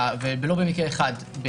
לא במקרה אחד,